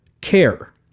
care